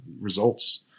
results